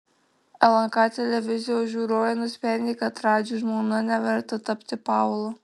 lnk televizijos žiūrovai nusprendė kad radži žmona neverta tapti paula